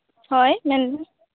ᱦᱳᱭ ᱢᱮᱱᱢᱮ